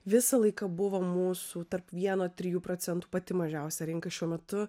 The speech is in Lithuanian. visą laiką buvo mūsų tarp vieno trijų procentų pati mažiausia rinka šiuo metu